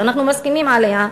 שאנחנו מסכימים עליה,